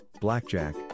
blackjack